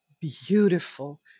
beautiful